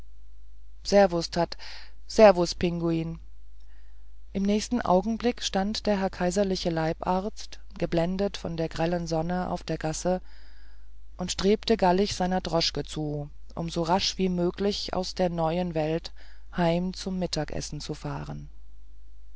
servus thadd servus pinguin im nächsten augenblick stand der herr kaiserliche leibarzt geblendet von der grellen sonne auf der gasse und strebte gallig seiner droschke zu um so rasch wie möglich aus der neuen welt heim zum mittagessen zu fahren